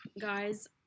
guys